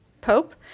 pope